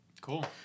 Cool